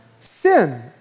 sin